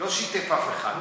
לא שיתף אף אחד.